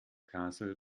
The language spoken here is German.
castle